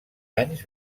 anys